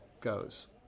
goes